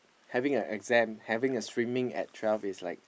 having a exam having a streaming at twelve is like